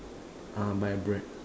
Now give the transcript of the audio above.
ah buy bread